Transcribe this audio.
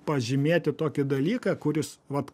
pažymėti tokį dalyką kuris vat